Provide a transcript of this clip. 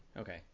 Okay